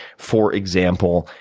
for example,